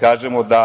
kažemo da